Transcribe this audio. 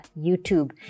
youtube